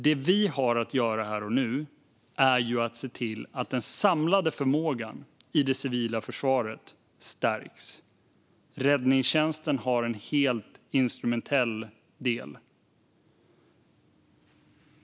Det som vi har att göra här och nu är att se till att den samlade förmågan i det civila försvaret stärks. Räddningstjänsten har en helt instrumentell del.